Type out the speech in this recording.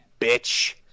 bitch